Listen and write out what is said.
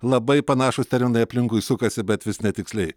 labai panašūs terminai aplinkui sukasi bet vis netiksliai